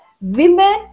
women